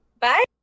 Bye